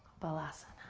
balasana,